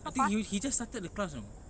I think he'd he just started the class you know